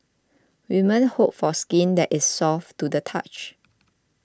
women hope for skin that is soft to the touch